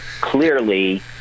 clearly